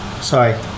Sorry